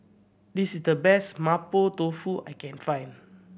this is the best Mapo Tofu I can find